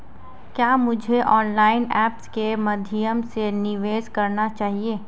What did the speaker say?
क्या मुझे online apps के माध्यम से निवेश करना चाहिए?